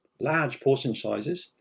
large portion sizes,